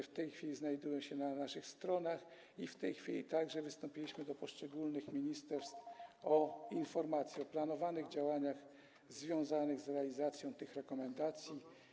W tej chwili znajdują się na naszych stronach i wystąpiliśmy do poszczególnych ministerstw o informacje o planowanych działaniach związanych z realizacją tych rekomendacji.